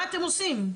מה אתם עושים?